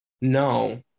No